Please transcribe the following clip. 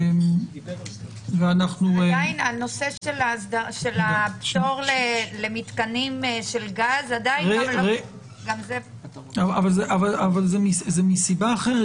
עדיין הנושא של הפטור למתקני גז- - אבל זה מסיבה אחרת.